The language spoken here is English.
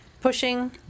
pushing